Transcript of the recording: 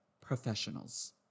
professionals